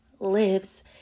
lives